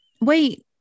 Wait